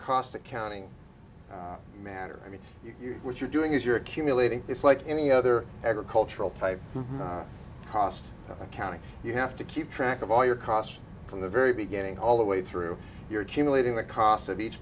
cost accounting matter i mean you what you're doing is you're accumulating it's like any other agricultural type cost accounting you have to keep track of all your costs from the very beginning all the way through your accumulating the cost of each